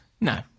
No